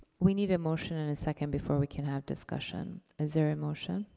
we need a motion and a second before we can have discussion. is there a motion?